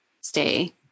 stay